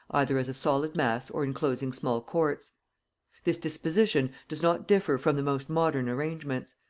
either as a solid mass or enclosing small courts this disposition does not differ from the most modern arrangements.